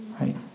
right